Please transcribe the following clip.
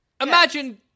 Imagine